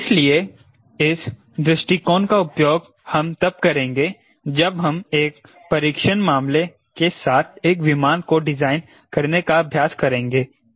इसलिए इस दृष्टिकोण का उपयोग हम तब करेंगे जब हम एक परीक्षण मामले के साथ एक विमान को डिजाइन करने का अभ्यास करेंगे सही